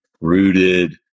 rooted